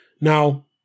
Now